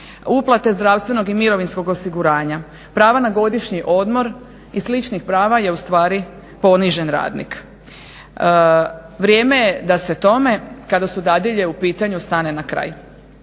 uplate zdravstvenog i mirovinskog osiguranja, prava na godišnji odmor i sličnih prava je ustvari ponižen radnik. Vrijeme je da se tome, kada su dadilje u pitanju stane na kraj.